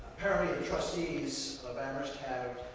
perry and trustees of amherst have